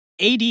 AD